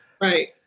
Right